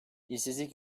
i̇şsizlik